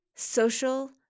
Social